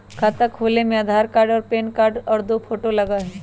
खाता खोले में आधार कार्ड और पेन कार्ड और दो फोटो लगहई?